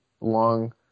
long